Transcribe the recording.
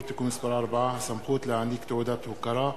(תיקון מס' 4) (הסמכות להעניק תעודת הוקרה),